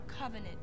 covenant